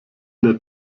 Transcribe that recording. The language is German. der